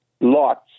Lots